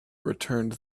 returned